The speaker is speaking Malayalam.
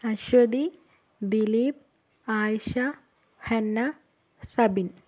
അശ്വതി ദിലീപ് ആയിഷ ഹന്ന സബിൻ